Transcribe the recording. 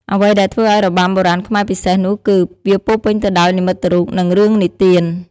អ្វីដែលធ្វើឱ្យរបាំបុរាណខ្មែរពិសេសនោះគឺ វាពោរពេញទៅដោយ និមិត្តរូប និងរឿងនិទាន។